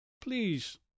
Please